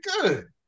good